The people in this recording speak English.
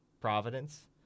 providence